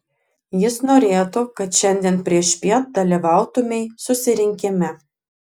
jis norėtų kad šiandien priešpiet dalyvautumei susirinkime